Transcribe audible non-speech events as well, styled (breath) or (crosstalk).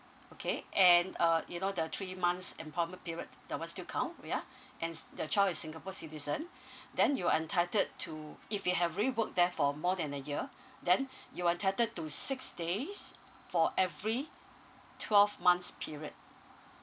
okay and uh you know the three months employment period that one still count yeah (breath) and the child is singapore citizen (breath) then you are entitled to if you have already work there for more than a year (breath) then (breath) you're entitled to six days for every twelve months period